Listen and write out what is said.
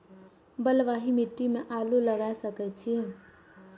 बलवाही मिट्टी में आलू लागय सके छीये?